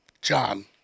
John